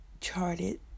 charted